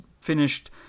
finished